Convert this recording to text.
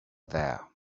there